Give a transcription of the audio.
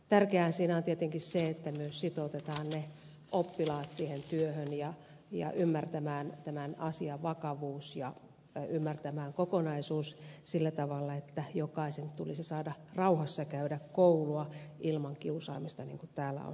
tärkeäähän siinä on tietenkin se että myös sitoutetaan ne oppilaat siihen työhön ja ymmärtämään tämän asian vakavuus ja ymmärtämään kokonaisuus sillä tavalla että jokaisen tulisi saada rauhassa käydä koulua ilman kiusaamista niin kuin täällä on jo todettu